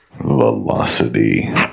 velocity